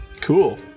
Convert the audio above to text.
Cool